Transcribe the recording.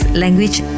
language